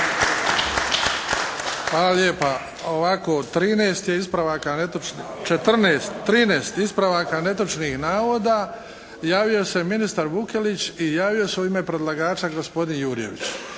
netočnih, 14, 13 ispravaka netočnih navoda. Javio se ministar Vukelić i javio se u ime predlagača gospodin Jurjević.